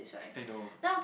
I know